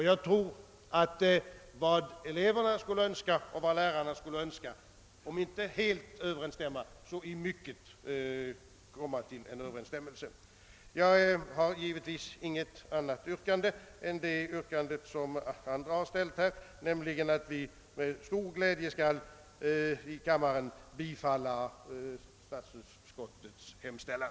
Jag tror också att elevernas och lärarnas önskemål om inte helt så i väsentliga stycken skulle överensstämma. Jag har givetvis inte någon annan ståndpunkt än tidigare talare, nämligen att vi med stor glädje skall bifalla statsutskottets hemställan.